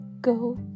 go